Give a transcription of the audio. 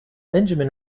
benjamin